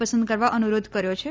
પસંદ કરવા અનુરોધ કર્યો છે